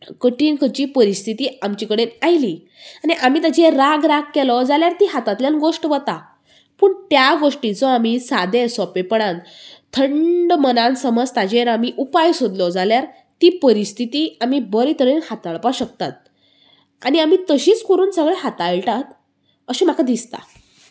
कठीण खंयची परिस्थिती आमचे कडेन आयली आनी आमी ताजेर राग राग केलो जाल्यार ती हातांतल्यान गोश्ट वता पूण त्या गोश्टीचो आमी सादें सोंपेंपणान थंड मनान समज आमी ताजेर उपाय सोदलो जाल्यार तीं परिस्थिती आमी बरें तरेन हाताळपाक शकतात आनी आमी तशींच करून सगळें हाताळतात अशें म्हाका दिसता